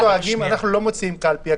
אנחנו לא מוציאים קלפי.